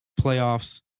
playoffs